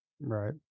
Right